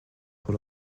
pour